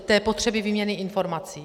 Té potřeby výměny informací.